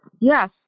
yes